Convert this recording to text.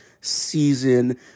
season